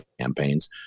campaigns